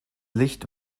licht